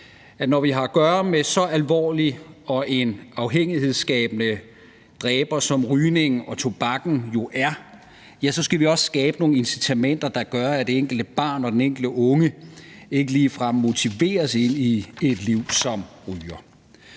at når vi har at gøre med en så alvorlig og afhængighedsskabende dræber, som rygning og tobakken jo er, skal vi også skabe nogle incitamenter, der gør, at det enkelte barn og den enkelte unge ikke ligefrem motiveres ind i et liv som ryger.